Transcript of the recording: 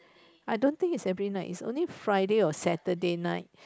I don't think is every night is only Friday or Saturday night